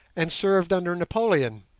and served under napoleon.